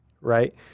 right